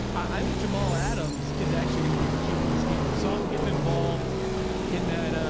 i think jamal adams is actually going to be the key to this game. we saw um getting involved in that,